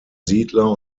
siedler